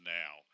now